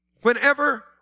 whenever